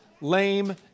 lame